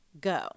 go